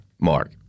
Mark